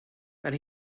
and